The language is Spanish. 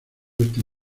este